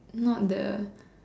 not the